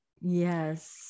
Yes